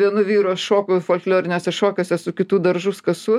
vienu vyru aš šoku folkloriniuose šokiuose su kitu daržus kasu